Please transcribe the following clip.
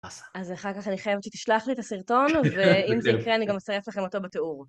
אז אחר כך אני חייבת שתשלח לי את הסרטון, ואם זה יקרה אני גם אצרף לכם אותו בתיאור.